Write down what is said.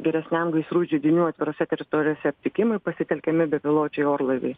geresniam gaisrų židinių atvirose teritorijose aptikimui pasitelkiami bepiločiai orlaiviai